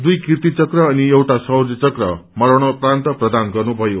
दुइ कीर्ति चक्र अनि एउटा शौर्य चक्र मरणोप्रान्त प्रदान गर्नुभयो